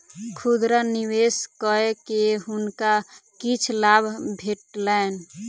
खुदरा निवेश कय के हुनका किछ लाभ भेटलैन